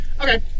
Okay